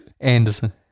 Anderson